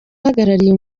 uhagarariye